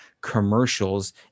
commercials